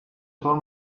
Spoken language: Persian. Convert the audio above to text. طور